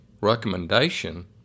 recommendation